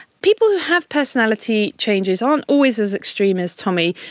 people who have personality changes aren't always as extreme as tommy.